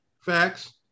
facts